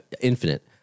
infinite